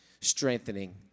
strengthening